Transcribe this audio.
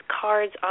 cards